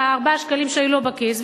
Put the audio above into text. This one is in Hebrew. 4 השקלים שהיו לו בכיס,